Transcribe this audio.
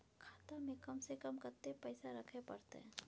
खाता में कम से कम कत्ते पैसा रखे परतै?